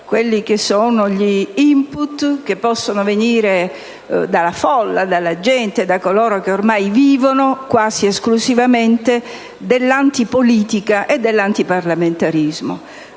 rincorrere gli *input* che possono venire dalla folla, dalla gente, da coloro che ormai vivono quasi esclusivamente dell'antipolitica e dell'antiparlamentarismo.